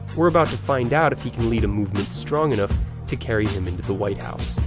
we're about to find out if he can lead a movement strong enough to carry him into the white house.